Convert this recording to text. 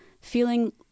feeling